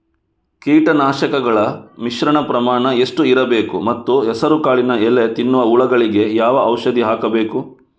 ಕೀಟನಾಶಕಗಳ ಮಿಶ್ರಣ ಪ್ರಮಾಣ ಎಷ್ಟು ಇರಬೇಕು ಮತ್ತು ಹೆಸರುಕಾಳಿನ ಎಲೆ ತಿನ್ನುವ ಹುಳಗಳಿಗೆ ಯಾವ ಔಷಧಿ ಹಾಕಬೇಕು?